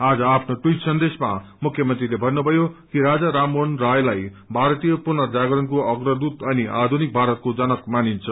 आज आफ्नो टवीट सन्देशमा मुख्यमंत्रीले भन्नुभयो कि राजा राम मोहन रायलाई भारतीय पुर्नजागरणको अग्रदूत अनि आधुनिक भारतको जनक भनिन्छ